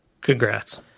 Congrats